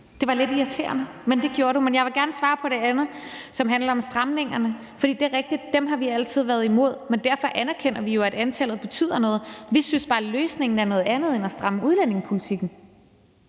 Det er lidt irriterende, men det gjorde du. Men jeg vil gerne svare på det andet, som handler om stramningerne. For det er rigtigt, at dem har vi altid været imod, men vi anerkender jo, at antallet betyder noget. Vi synes bare, at løsningen er noget andet end at stramme udlændingepolitikken.